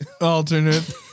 alternate